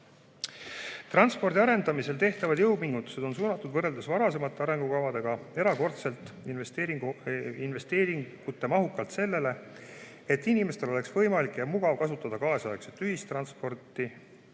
Transpordi arendamisel tehtavad jõupingutused on suunatud võrreldes varasemate arengukavadega erakordselt investeeringumahukalt sellele, et inimestel oleks võimalikult mugav kasutada tänapäevast ühistransporti,